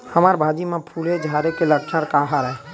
हमर भाजी म फूल झारे के लक्षण का हरय?